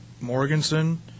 Morganson